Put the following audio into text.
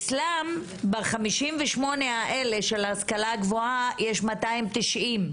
ב-58 הדיווחים מההשכלה הגבוהה יש 290 תלונות.